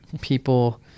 people